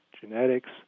genetics